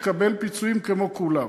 לקבל פיצויים כמו כולם.